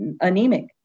anemic